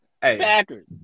Packers